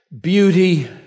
beauty